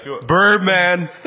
Birdman